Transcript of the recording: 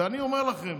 ואני אומר לכם,